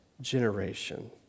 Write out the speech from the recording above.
generation